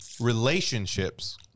Relationships